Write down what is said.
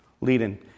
leading